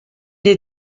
est